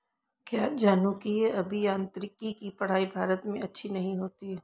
क्या जनुकीय अभियांत्रिकी की पढ़ाई भारत में अच्छी नहीं होती?